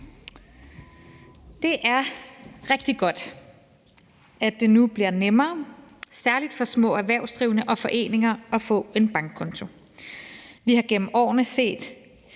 Det er rigtig godt, at det nu bliver nemmere, særlig for små erhvervsdrivende og foreninger, at få en bankkonto. Vi har gennem årene set